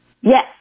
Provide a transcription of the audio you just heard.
Yes